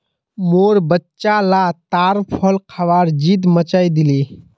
मोर बच्चा ला ताड़ फल खबार ज़िद मचइ दिले